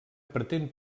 pretén